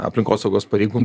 aplinkosaugos pareigūnai